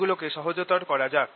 এগুলকে সহজতর করা যাক